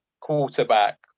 quarterback